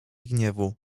gniewu